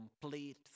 complete